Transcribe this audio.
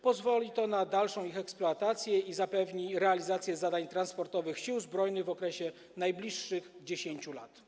Pozwoli to na dalszą ich eksploatację i zapewni realizację zadań transportowych Sił Zbrojnych w okresie najbliższych 10 lat.